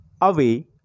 away